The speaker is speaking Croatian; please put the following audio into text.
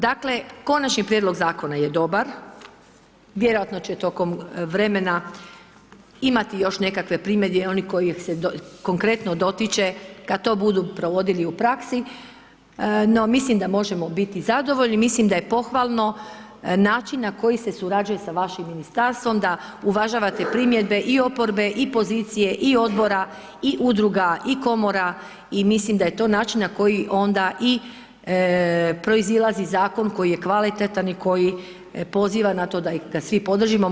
Dakle, konačni prijedlog zakona je dobar, vjerojatno će tijekom vremena imati još nekakve primjedbe oni kojih se konkretno dotiče kada to budu provodili u praksi no mislim da možemo biti zadovoljni, mislim da je pohvalno način na koji se surađuje sa vašim ministarstvom da uvažavate primjedbe i oporbe i pozicije i odbora i udruga i komora i mislim da je to način na koji onda proizilazi zakon koji je kvalitetan i koji poziva na to da ga svi podržimo.